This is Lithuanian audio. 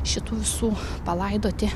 šitų visų palaidoti